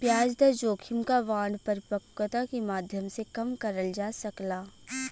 ब्याज दर जोखिम क बांड परिपक्वता के माध्यम से कम करल जा सकला